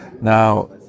Now